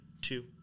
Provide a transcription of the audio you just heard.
two